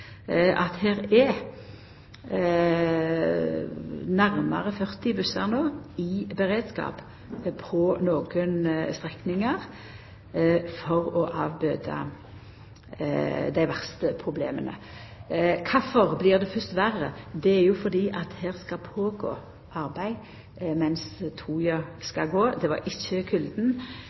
nærmare 40 bussar i beredskap på nokre strekningar for å bøta på dei verste problema. Kvifor blir det fyrst verre? Det er fordi det skal gjerast arbeid mens toga går. Det var ikkje